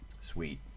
Sweet